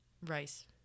Rice